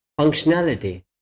functionality